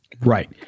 Right